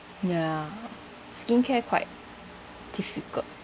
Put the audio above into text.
ya skincare quite difficult